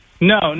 no